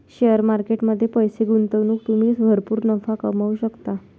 share market मध्ये पैसे गुंतवून तुम्ही भरपूर नफा कमवू शकता